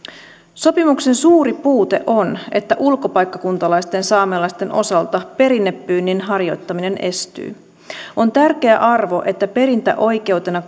sopimuksen suuri puute on että ulkopaikkakuntalaisten saamelaisten osalta perinnepyynnin harjoittaminen estyy on tärkeä arvo että perintöoikeutena